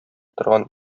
торган